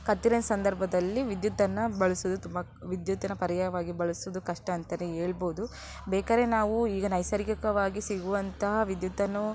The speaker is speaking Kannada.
ಕತ್ತಲೆ ಸಂದರ್ಭದಲ್ಲಿ ವಿದ್ಯುತ್ತನ್ನು ಬಳಸುವುದು ತುಂಬ ವಿದ್ಯುತ್ತನ್ನು ಪರ್ಯಾಯವಾಗಿ ಬಳಸುವುದು ಕಷ್ಟ ಅಂತಲೇ ಹೇಳ್ಬವ್ದು ಬೇಕಾದ್ರೆ ನಾವು ಈಗ ನೈಸರ್ಗಿಕವಾಗಿ ಸಿಗುವಂಥ ವಿದ್ಯುತ್ತನ್ನು